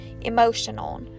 emotional